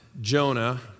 Jonah